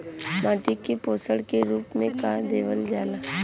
माटी में पोषण के रूप में का देवल जाला?